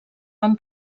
van